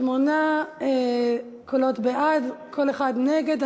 שמונה קולות בעד, קול אחד נגד.